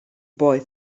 boy